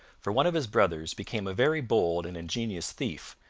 for one of his brothers became a very bold and ingenious thief,